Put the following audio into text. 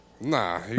nah